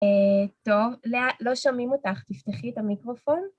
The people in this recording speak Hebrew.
טוב, לא שומעים אותך, תפתחי את המיקרופון.